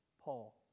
Paul